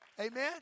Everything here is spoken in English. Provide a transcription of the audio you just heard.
Amen